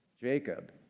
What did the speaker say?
Jacob